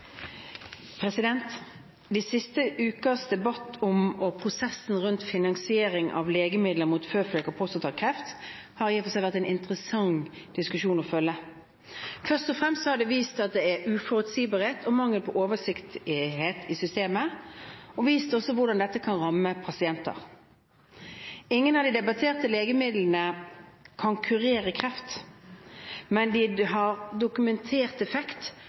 legemidler mot føflekk- og prostatakreft har i og for seg vært en interessant diskusjon å følge. Først og fremst har det vist at det er uforutsigbarhet og mangel på oversikt i systemet. Det har også vist hvordan dette kan ramme pasienter. Ingen av de debatterte legemidlene kan kurere kreft, men de har dokumentert effekt